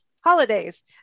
holidays